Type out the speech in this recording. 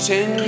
Ten